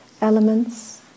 elements